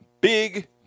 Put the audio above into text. big